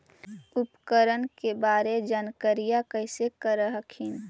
उपकरण के बारे जानकारीया कैसे कर हखिन?